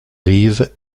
reeves